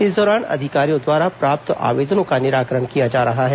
इस दौरान अधिकारियों द्वारा प्राप्त आवेदनों का निराकरण किया जा रहा है